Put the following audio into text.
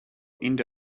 indo